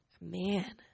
Man